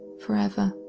forever.